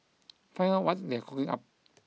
find out what they are cooking up